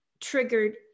triggered